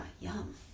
yum